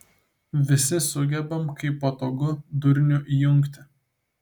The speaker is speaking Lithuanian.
visi sugebam kai patogu durnių įjungti